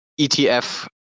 etf